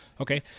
Okay